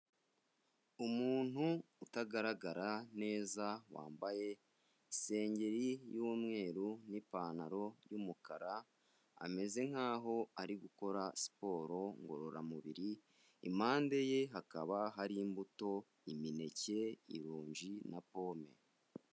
Umuntu utagaragara neza wambaye isengeri y'umweru n'ipantaro y'umukara, ameze nk'aho ari gukora siporo ngororamubiri, impande ye hakaba hari imbuto, imineke, ironji na pome.